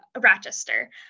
Rochester